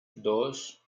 dos